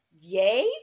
yay